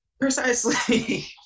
Precisely